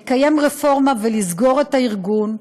לקיים רפורמה ולסגור את הארגון,